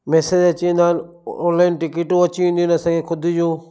message अची वेंदा आहिनि ऑनलाइन टिकेटूं अची वेंदियूं आहिनि असांजे ख़ुदि जूं